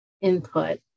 input